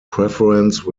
preference